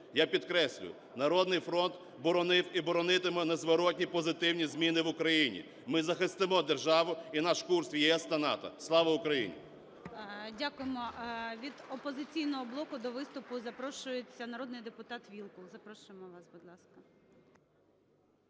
Я підкреслюю, "Народний фронт" боронив і боронитиме незворотні позитивні зміни в Україні, ми захистимо державу і наш курс в ЄС та НАТО. Слава Україні!